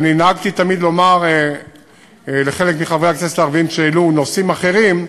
תמיד נהגתי לומר לחלק מחברי הכנסת הערבים שהעלו נושאים אחרים: